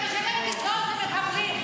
אתה משלם קצבאות למחבלים,